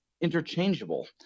interchangeable